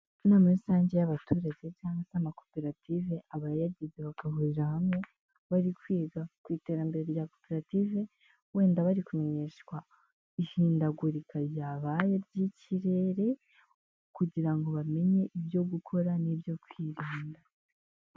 Inama rusange y'abaturage cyangwa se amakoperative abayagize bagahurira hamwe, bari kwiga ku iterambere rya koperative, wenda bari kumenyeshwa ihindagurika ryabaye ry'ikirere, kugira ngo bamenye ibyo gukora n'ibyo kwirinda.